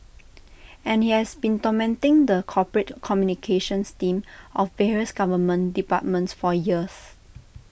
and he has been tormenting the corporate communications team of various government departments for years